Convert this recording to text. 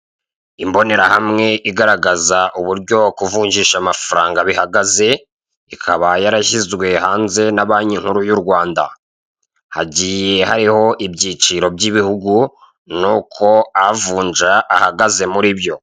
Imbonerahamwe igaragaza uburyo kuvunjisha amafaranga bihagaze ikaba yarashizwe hanze na banki nkuru y' u Rwanda hagiye hariho inyiciro by'ibihugu, nuko avunja avunja ahagaze muri byo.